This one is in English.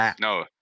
No